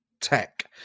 tech